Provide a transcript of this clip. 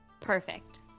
Perfect